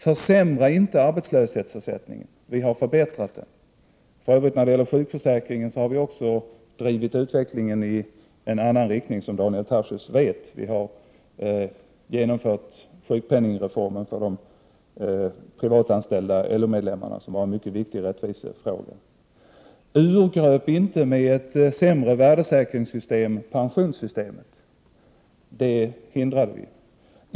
Försämra inte arbetslöshetsersättningen. Vi har förbättrat den. För övrigt vad gäller sjukförsäkringen har vi också drivit utvecklingen i en annan riktning, som Daniel Tarschys mycket väl vet. Vi genomförde sjukpenningreformen för de privatanställda LO-medlemmarna, vilket var en mycket viktig rättvisefråga. Urgröp inte pensionssystemet med en sämre värdesäkring. Det hindrade vi.